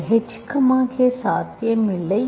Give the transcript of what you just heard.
இல்லை h k சாத்தியமில்லை